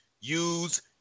use